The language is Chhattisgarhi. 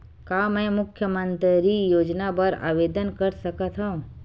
का मैं मुख्यमंतरी योजना बर आवेदन कर सकथव?